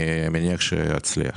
אני מניח שנצליח.